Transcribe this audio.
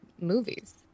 movies